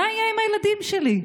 מה יהיה עם הילדים שלי?